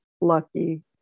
lucky